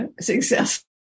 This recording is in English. successful